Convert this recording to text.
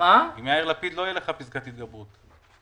פסקת התגברות.